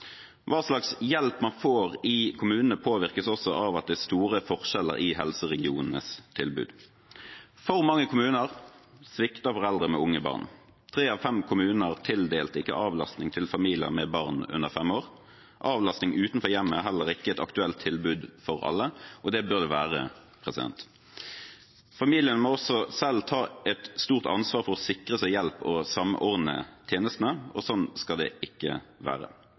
Hva slags hjelp man får i kommunene, påvirkes også av at det er store forskjeller i helseregionenes tilbud. For mange kommuner svikter foreldre med unge barn. Tre av fem kommuner tildelte ikke avlastning til familier med barn under fem år. Avlastning utenfor hjemmet er heller ikke et aktuelt tilbud for alle, og det bør det være. Familiene må også selv ta et stort ansvar for å sikre seg hjelp og samordne tjenestene, og sånn skal det ikke være.